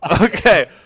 Okay